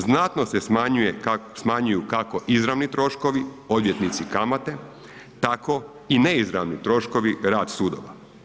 Znatno se smanjuje, smanjuju kako izravni troškovi odvjetnici, kamate, tako i neizravni troškovi rad sudova.